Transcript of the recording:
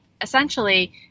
essentially